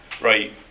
right